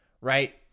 right